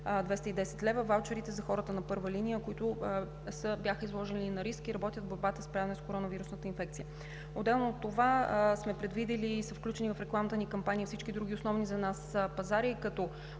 210 лв. – ваучерите за хората на първа линия, които са изложени на риск и работят в борбата със справянето с коронавирусната инфекция. Отделно от това сме предвидили и сме включили в рекламната ни кампания всички други основни за нас пазари като